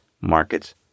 markets